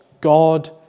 God